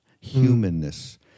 humanness